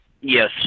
yes